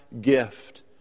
gift